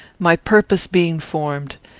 my purpose being formed,